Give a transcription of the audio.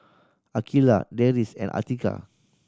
Aqeelah Deris and Atiqah